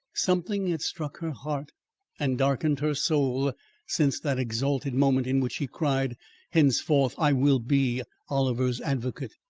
something had struck her heart and darkened her soul since that exalted moment in which she cried henceforth i will be oliver's advocate.